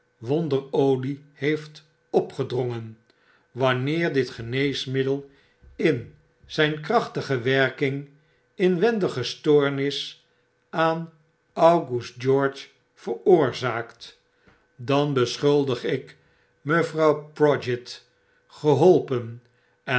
wonderolie heeft opgedrongen wanneer ditgeneesmiddel in zyn krachtige werking inwendige stoornis aan august george veroorzaakt dan beschuldig dickens de ktoh van meester humphrey u shu overdrukken ik mevrouw prodgit geholpen en